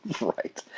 Right